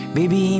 Baby